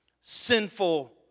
sinful